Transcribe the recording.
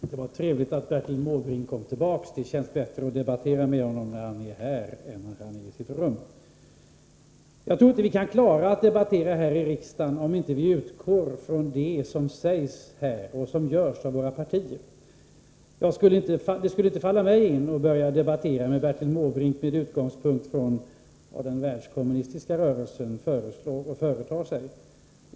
Fru talman! Det var trevligt att Bertil Måbrink kom tillbaka. Det känns bättre att debattera med honom när han är här än när han är i sitt rum. Jag tror inte att vi kan klara att debattera här i riksdagen om vi inte utgår från det som sägs här och som görs av våra partier. Det skulle inte falla mig in att börja debattera med Bertil Måbrink med utgångspunkt från vad den världskommunistiska rörelsen föreslår och företar sig.